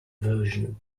version